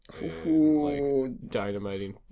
dynamiting